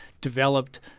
developed